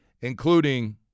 including